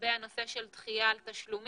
לגבי הנושא של דחייה של תשלומים,